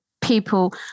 people